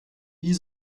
wie